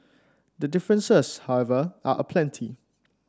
the differences however are aplenty